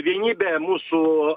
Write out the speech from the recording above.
vienybė mūsų